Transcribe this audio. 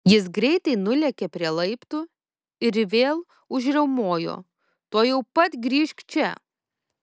jis greitai nulėkė prie laiptų ir vėl užriaumojo tuojau pat grįžk čia